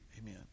Amen